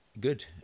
good